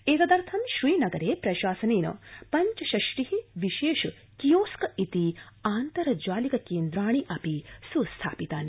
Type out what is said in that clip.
एतदथं श्रीनगरे प्रशासनेन पञ्चषष्टि विशेष कियोस्क इति आन्तर्जालिक केन्द्राणि स्थापितानि